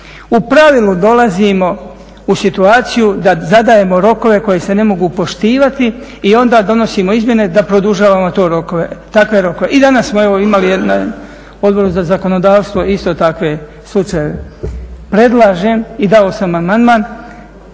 U pravilu dolazimo u situaciju da zadajemo rokove koji se ne mogu poštivati i onda donosimo izmjene da produžavamo takve rokove. I danas smo imali jedan na Odboru za zakonodavstvo isto takve slučajeve. Predlažem i dao sam amandman